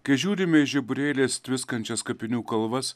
kai žiūrime į žiburėliais tviskančias kapinių kalvas